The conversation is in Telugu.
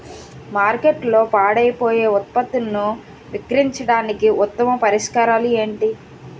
మార్కెట్లో పాడైపోయే ఉత్పత్తులను విక్రయించడానికి ఉత్తమ పరిష్కారాలు ఏంటి?